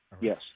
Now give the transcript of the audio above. Yes